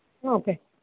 okay